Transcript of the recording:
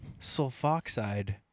sulfoxide